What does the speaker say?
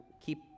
keep